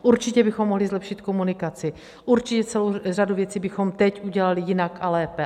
Určitě bychom mohli zlepšit komunikaci, určitě celou řadu věcí bychom teď udělali jinak a lépe.